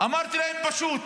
אמרתי להם: פשוט,